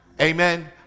Amen